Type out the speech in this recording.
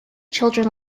children